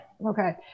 Okay